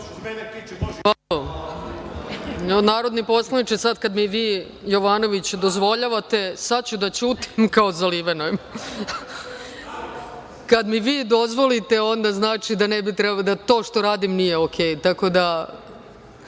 vam. Narodni poslaniče, sad kad mi vi, Jovanoviću, dozvoljavate sad ću da ćutim kao zalivena. Kad mi vi dozvolite, onda znači da to što radim nije u redu. Tako da,